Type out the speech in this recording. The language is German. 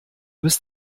bist